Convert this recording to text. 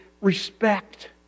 respect